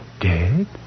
Dead